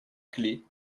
clés